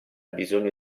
bisogno